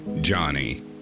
Johnny